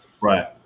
Right